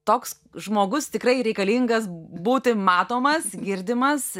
toks žmogus tikrai reikalingas būti matomas girdimas